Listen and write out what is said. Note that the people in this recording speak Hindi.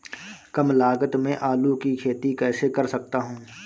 कम लागत में आलू की खेती कैसे कर सकता हूँ?